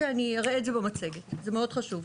אני אראה את זה במצגת, זה מאוד חשוב.